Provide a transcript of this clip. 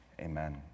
Amen